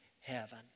heaven